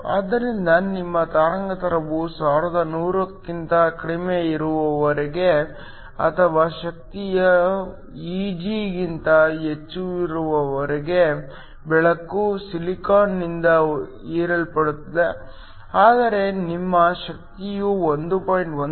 ಆದ್ದರಿಂದ ನಿಮ್ಮ ತರಂಗಾಂತರವು 1100 ಕ್ಕಿಂತ ಕಡಿಮೆ ಇರುವವರೆಗೆ ಅಥವಾ ಶಕ್ತಿಯು Eg ಗಿಂತ ಹೆಚ್ಚಿರುವವರೆಗೆ ಬೆಳಕು ಸಿಲಿಕಾನ್ ನಿಂದ ಹೀರಲ್ಪಡುತ್ತದೆ ಆದರೆ ನಿಮ್ಮ ಶಕ್ತಿಯು 1